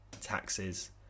taxes